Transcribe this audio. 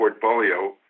portfolio